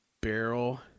Barrel